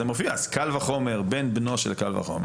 זה מופיע, אז קל וחומר, בן בנו של קל וחומר